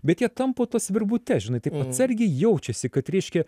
bet jie tampo tas virvutes žinai taip atsargiai jaučiasi kad reiškia